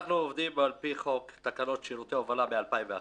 אנחנו עובדים על פי חוק תקנות שירותי הובלה מ-2001.